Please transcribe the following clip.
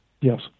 Yes